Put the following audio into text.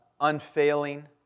unfailing